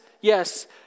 yes